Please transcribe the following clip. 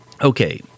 okay